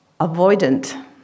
avoidant